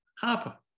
Harper